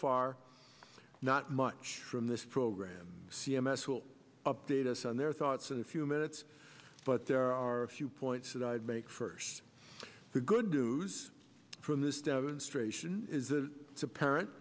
far not much from this program c m s will update us on their thoughts in a few minutes but there are a few points that i would make first the good news from this demonstration is the parent